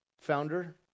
founder